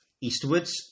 eastwards